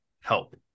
help